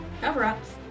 cover-ups